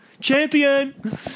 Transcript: Champion